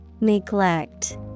Neglect